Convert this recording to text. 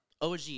OG